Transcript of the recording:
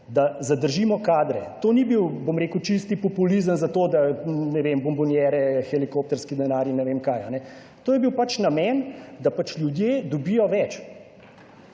da zadržimo kadre. To ni bil, bom rekel, čisti populizem za to, da ne vem, bombonjere, helikopterski denar in ne vem kaj. To je bil pač namen, da pač ljudje dobijo več